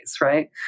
Right